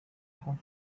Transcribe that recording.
her